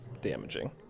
damaging